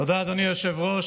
תודה, אדוני היושב-ראש.